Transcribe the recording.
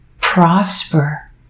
prosper